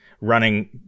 running